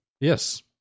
Yes